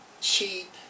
cheap